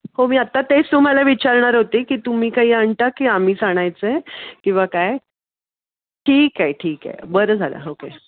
हो मी आत्ता तेच तुम्हाला विचारणार होते की तुम्ही काही आणता की आम्हीच आणायचं आहे किंवा काय ठीक आहे ठीक आहे बरं झालं ओके